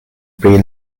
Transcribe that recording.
pri